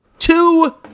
Two